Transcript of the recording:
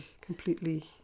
completely